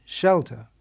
shelter